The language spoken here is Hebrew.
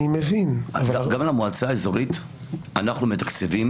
גם למועצה האזורית אנחנו מתקצבים